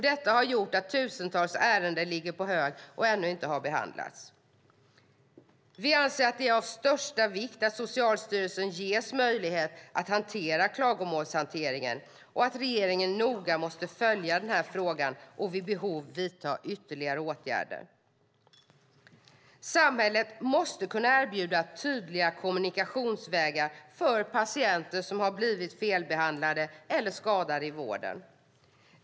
Detta har gjort att tusentals ärenden ligger på hög och ännu inte har behandlats. Vi anser att det är av största vikt att Socialstyrelsen ges möjligheter att hantera klagomålshanteringen och att regeringen noga följer denna fråga och vid behov vidtar ytterligare åtgärder. Samhället måste kunna erbjuda tydliga kommunikationsvägar för patienter som har blivit felbehandlade eller skadade i vården.